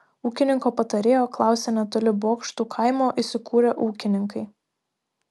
ūkininko patarėjo klausė netoli bokštų kaimo įsikūrę ūkininkai